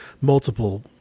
multiple